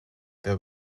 their